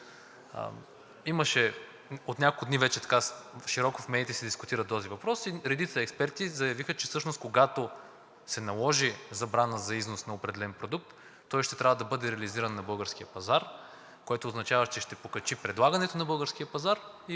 скочат. От няколко дни вече широко в медиите се дискутира този въпрос и редица експерти заявиха, че всъщност, когато се наложи забрана за износ на определен продукт, той ще трябва да бъде реализиран на българския пазар, което означава, че ще покачи предлагането на българския пазар.